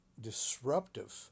disruptive